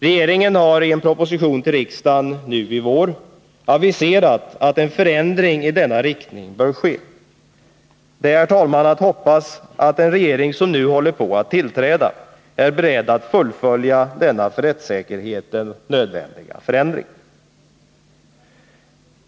Regeringen har i en proposition till riksdagen nu i vår aviserat att en förändring i denna riktning bör ske. Det gor är, herr talman, att hoppas att den regering som nu håller på att tillträda är beredd att fullfölja denna för rättssäkerheten nödvändiga förändring.